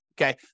okay